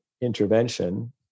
intervention